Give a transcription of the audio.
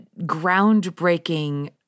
groundbreaking